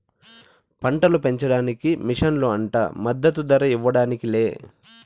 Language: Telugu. పంటలు పెంచడానికి మిషన్లు అంట మద్దదు ధర ఇవ్వడానికి లే